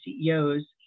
CEOs